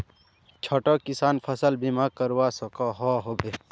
छोटो किसान फसल बीमा करवा सकोहो होबे?